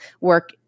work